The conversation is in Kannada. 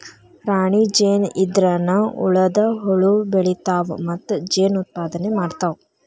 ರಾಣಿ ಜೇನ ಇದ್ರನ ಉಳದ ಹುಳು ಬೆಳಿತಾವ ಮತ್ತ ಜೇನ ಉತ್ಪಾದನೆ ಮಾಡ್ತಾವ